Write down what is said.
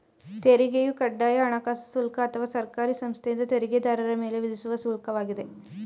ತೆರಿಗೆಯು ಕಡ್ಡಾಯ ಹಣಕಾಸು ಶುಲ್ಕ ಅಥವಾ ಸರ್ಕಾರಿ ಸಂಸ್ಥೆಯಿಂದ ತೆರಿಗೆದಾರರ ಮೇಲೆ ವಿಧಿಸುವ ಶುಲ್ಕ ವಾಗಿದೆ